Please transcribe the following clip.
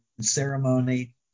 ceremony